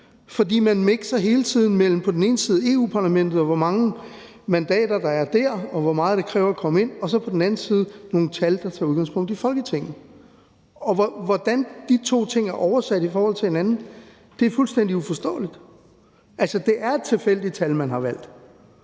mellem på den ene side Europa-Parlamentet, og hvor mange mandater der er der, og hvor meget det kræver at komme ind, og så på den anden side nogle tal, der tager udgangspunkt i Folketinget. Hvordan de to ting er oversat til hinanden, er fuldstændig uforståeligt. Altså, det er et tilfældigt tal, man har valgt.